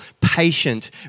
patient